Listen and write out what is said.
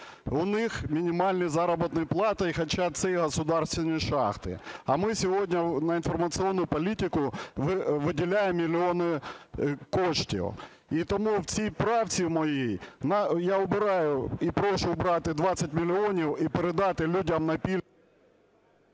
У них мінімальні заробітні плати, хоча це і державні шахти, а ми сьогодні на інформаційну політику виділяємо мільйони коштів. І тому в цій правці моїй я обираю і прошу убрати 20 мільйонів і передати людям…